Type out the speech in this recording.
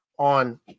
on